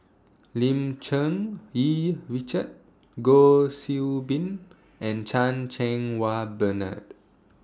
Lim Cherng Yih Richard Goh Qiu Bin and Chan Cheng Wah Bernard